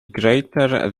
greater